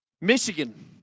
Michigan